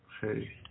hey